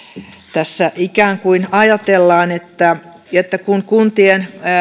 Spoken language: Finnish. tässä ikään kuin ajatellaan että kun kuntien